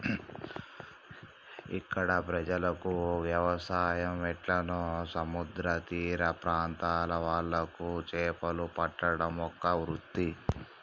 ఇక్కడ ప్రజలకు వ్యవసాయం ఎట్లనో సముద్ర తీర ప్రాంత్రాల వాళ్లకు చేపలు పట్టడం ఒక వృత్తి